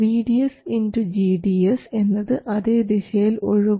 vDS gds എന്നത് അതേ ദിശയിൽ ഒഴുകും